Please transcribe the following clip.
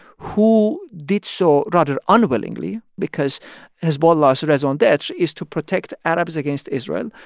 who did so rather unwillingly because hezbollah's raison d'etre is to protect arabs against israel.